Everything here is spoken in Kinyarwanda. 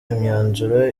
imyanzuro